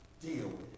deal